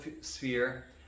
sphere